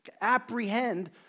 apprehend